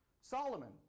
Solomon